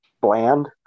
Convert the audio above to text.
bland